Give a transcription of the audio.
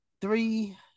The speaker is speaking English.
three